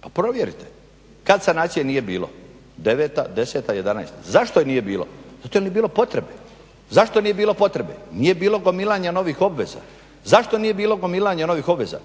Pa provjerite! Kad sanacije nije bilo? Deveta, deseta, jedanaesta. Zašto je nije bilo? Zato jer nije bilo potrebe. Zašto nije bilo potrebe? Nije bilo gomilanja novih obveza. Zašto nije bilo gomilanja novih obveza?